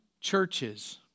churches